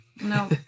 No